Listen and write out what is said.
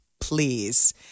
please